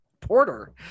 porter